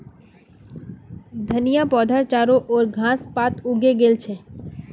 धनिया पौधात चारो ओर घास पात उगे गेल छ